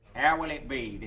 how will it be,